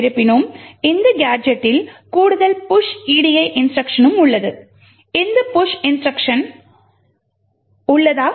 இருப்பினும் இந்த கேஜெட்டில் கூடுதல் push edi இன்ஸ்ட்ருக்ஷனும் உள்ளது இந்த புஷ் இன்ஸ்ட்ருக்ஷன் உள்ளதா